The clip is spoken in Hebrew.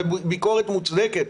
וביקורת מוצדקת,